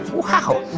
wow.